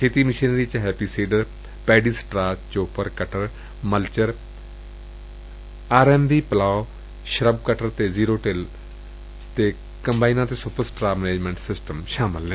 ਖੇਤੀ ਮਸ਼ੀਨਰੀ ਵਿੱਚ happy seeder paddy straw chopper cutter mulcher RMB plough shrub cutter zero till drill ਕੰਬਾਈਨਾਂ ਤੇ super straw management system ਸ਼ਾਮਲ ਨੇ